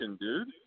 dude